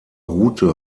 route